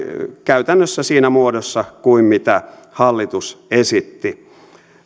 käytännössä siinä muodossa kuin mitä hallitus esitti